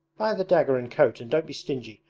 buy the dagger and coat and don't be stingy,